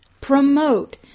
promote